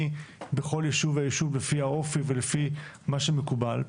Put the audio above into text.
בכל ישוב וישוב לפי האופי ולפי מה שמקובל.